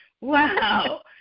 Wow